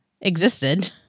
Existed